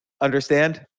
understand